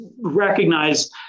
recognize